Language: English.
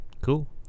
Cool